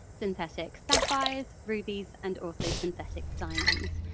synthetic sapphires, rubies and also synthetic diamonds.